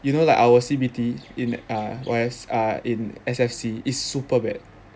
you know like our C_B_T in err where err in S_F_C is super bad